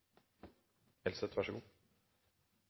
– Vær så god.